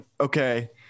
okay